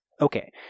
Okay